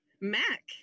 Mac